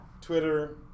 Twitter